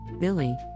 Billy